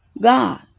God